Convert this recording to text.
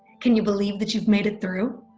can you believe that you've made it through?